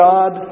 God